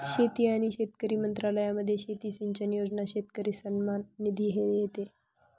शेती आणि शेतकरी मंत्रालयामध्ये शेती सिंचन योजना, शेतकरी सन्मान निधी हे येते